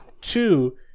two